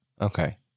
Okay